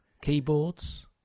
Keyboards